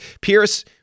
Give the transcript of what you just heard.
Pierce